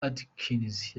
atkins